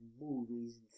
movies